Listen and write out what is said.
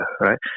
right